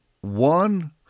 one